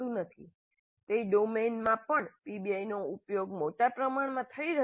તે domain business management માં પણ પીબીઆઈનો ઉપયોગ મોટા પ્રમાણમાં થઈ રહ્યો છે